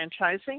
Franchising